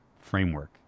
framework